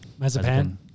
Mazapan